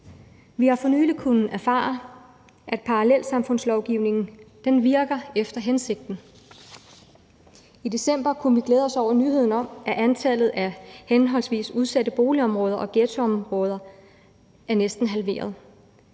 Vi har for nylig kunnet erfare, at parallelsamfundslovgivningen virker efter hensigten. I december kunne vi glæde os over nyheden om, at antallet af henholdsvis udsatte boligområder og ghettoområder er næsten halveret.